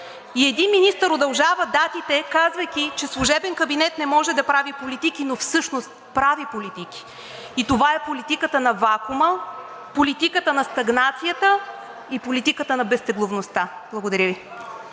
И един министър удължава датите, казвайки, че служебен кабинет не може да прави политики, но всъщност прави политики, и това е политиката на вакуума, политиката на стагнацията и политиката на безтегловността. Благодаря Ви.